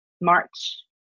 March